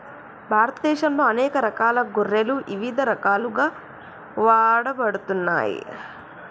భారతదేశంలో అనేక రకాల గొర్రెలు ఇవిధ రకాలుగా వాడబడుతున్నాయి